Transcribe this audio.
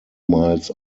miles